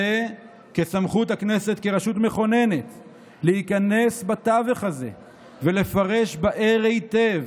ובסמכות הכנסת כרשות מכוננת להיכנס בתווך הזה ולפרש בהר היטב